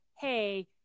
hey